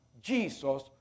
Jesus